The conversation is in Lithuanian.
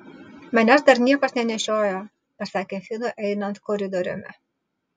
manęs dar niekas nenešiojo pasakė finui einant koridoriumi